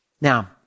Now